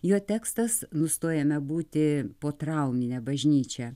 jo tekstas nustojame būti potraumine bažnyčia